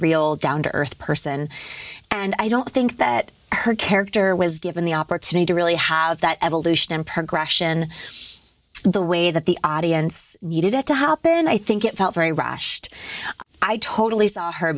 real down to earth person and i don't think that her character was given the opportunity to really have that evolution and progression in the way that the audience needed it to help and i think it felt very rushed i totally saw her